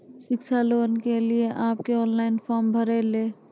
शिक्षा लोन के लिए आप के ऑनलाइन फॉर्म भरी ले?